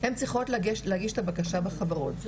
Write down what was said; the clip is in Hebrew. הן צריכות להגיש את הבקשה בחברות.